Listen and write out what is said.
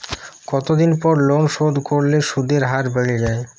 কতদিন পর লোন শোধ করলে সুদের হার বাড়ে য়ায়?